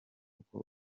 uko